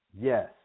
yes